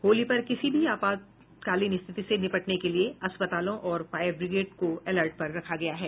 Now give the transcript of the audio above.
होली पर किसी भी आपात स्थिति ने निबटने के लिए अस्पतालों और फायर ब्रिगेड को अलर्ट पर रखा गया है